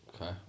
Okay